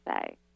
say